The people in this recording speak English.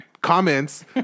comments